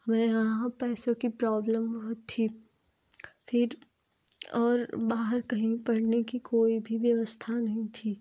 मेरे यहाँ पैसों की प्रॉब्लम बहुत थी फिर और बाहर कहीं भी पढ़ने की कोई भी व्यवस्था नहीं थी